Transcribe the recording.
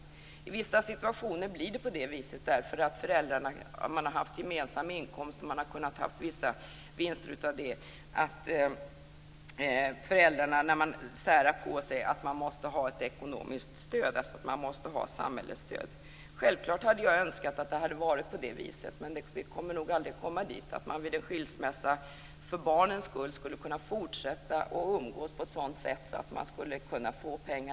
I vissa situationer måste man ha samhällets stöd. Föräldrarna har kanske haft gemensamma inkomster och kunnat få vissa vinster av det. När de särar på sig måste det finnas ett ekonomiskt stöd. Jag hade självfallet önskat att föräldrar vid en skilsmässa för barnens skull skulle kunna fortsätta att umgås på ett sådant sätt att pengarna skulle kunna ges direkt.